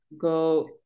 go